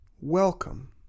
welcome